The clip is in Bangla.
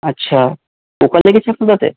আচ্ছা পোকা লেগেছে কি দাঁতে